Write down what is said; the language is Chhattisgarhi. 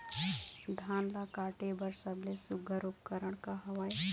धान ला काटे बर सबले सुघ्घर उपकरण का हवए?